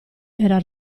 era